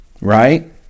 right